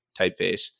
typeface